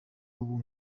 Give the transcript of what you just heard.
ubu